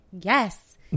yes